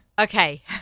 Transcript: Okay